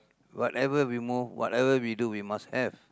whatever we move whatever we do we must have